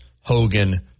Hogan